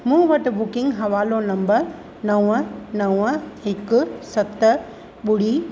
मूं वटि बुकिंग हवालो नंबर नव नव हिकु सत ॿुड़ी